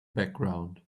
background